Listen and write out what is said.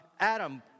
Adam